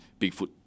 Bigfoot